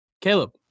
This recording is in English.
Caleb